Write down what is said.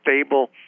stable